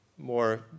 more